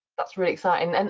that's really exciting. and and